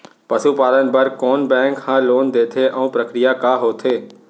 पसु पालन बर कोन बैंक ह लोन देथे अऊ प्रक्रिया का होथे?